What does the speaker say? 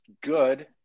good